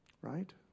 right